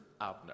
Abner